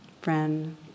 friend